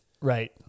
Right